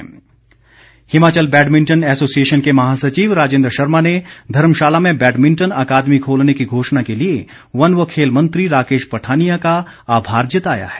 पठानिया आभार Himachal badminton association के महासचिव राजेंद्र शर्मा ने धर्मशाला में बैडमिंटन अकादमी खोलने की घोषणा के लिए वन व खेल मंत्री राकेश पठानिया का आभार जताया है